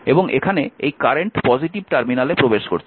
এবং এখানে এই কারেন্ট পজিটিভ টার্মিনালে প্রবেশ করছে